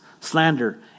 slander